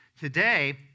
Today